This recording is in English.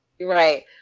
right